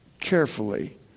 carefully